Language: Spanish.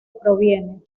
proviene